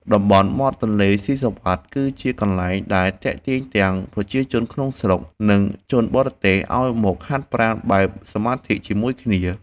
តំបន់មាត់ទន្លេស៊ីសុវត្ថិ គឺជាកន្លែងដែលទាក់ទាញទាំងប្រជាជនក្នុងស្រុក និងជនបរទេសឱ្យមកហាត់ប្រាណបែបសមាធិជាមួយគ្នា។